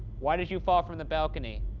why did you fall from the balcony?